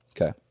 Okay